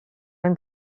and